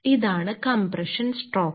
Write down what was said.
അതിനാൽ ഇതാണ് compression stroke